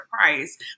Price